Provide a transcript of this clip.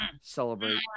celebrate